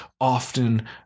often